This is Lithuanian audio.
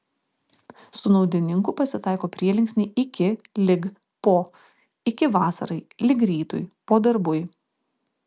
su naudininku pasitaiko prielinksniai iki lig po iki vasarai lig rytui po darbui